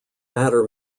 matter